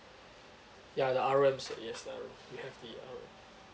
ya the R_O_M uh yes uh we have the R_O